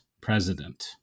president